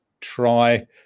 try